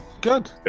Good